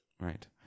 right